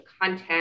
content